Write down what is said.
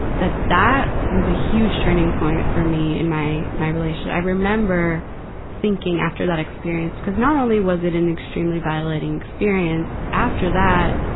that that was a huge turning point for me in my, my relationship i remember thinking, after that experience, cuz not only was it an extremely violating experience, after that,